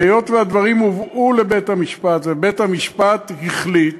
והיות שהדברים הובאו לבית-המשפט ובית-המשפט החליט,